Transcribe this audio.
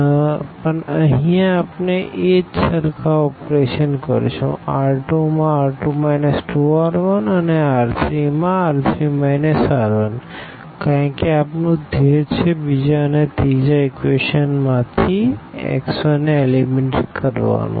b4 7 3 પણ અહિયાં આપણે એજ સરખા ઓપરશન કરશું R2R2 2R1 and R3R3 R1કારણ કે આપણું ધ્યેય છે બીજા અને ત્રીજા ઇક્વેશન માં થી x1ને એલીમીનેટ કરવાનું